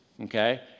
okay